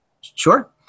Sure